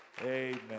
Amen